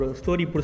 story